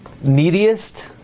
neediest